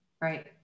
Right